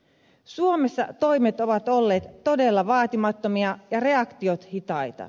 suomessa toimet ovat olleet todella vaatimattomia ja reaktiot hitaita